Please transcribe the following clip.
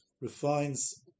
refines